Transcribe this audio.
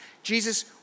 Jesus